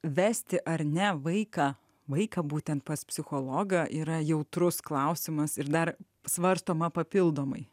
vesti ar ne vaiką vaiką būtent pas psichologą yra jautrus klausimas ir dar svarstoma papildomai